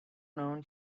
known